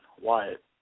Wyatt